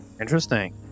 Interesting